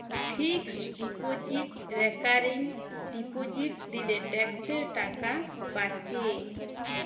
fixed deposit recurring deposit দিলে ট্যাক্সের টাকা বাঁচে